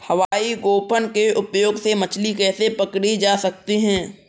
हवाई गोफन के उपयोग से मछली कैसे पकड़ी जा सकती है?